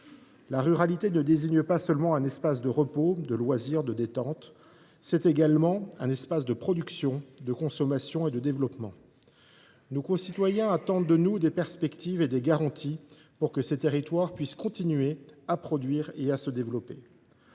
La ruralité ne désigne pas seulement un espace de repos, de loisir, de détente. C’est également un espace de production, de consommation et de développement. Nos concitoyens attendent de nous des perspectives et des garanties pour que ces territoires puissent continuer à produire et à se développer.